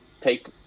take